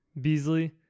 Beasley